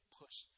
push